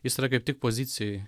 jis yra kaip tik pozicijoj